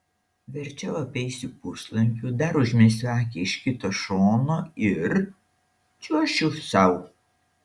verčiau apeisiu puslankiu dar užmesiu akį iš kito šono ir čiuošiu sau